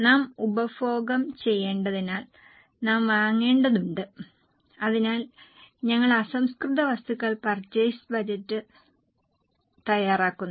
നാം ഉപഭോഗം ചെയ്യേണ്ടതിനാൽ നാം വാങ്ങേണ്ടതുണ്ട് അതിനാൽ ഞങ്ങൾ അസംസ്കൃത വസ്തുക്കൾ പർച്ചെയ്സ് ബജറ്റ് തയ്യാറാക്കുന്നു